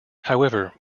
however